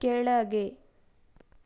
ಕೆಳಗೆ